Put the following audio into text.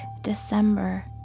December